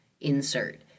insert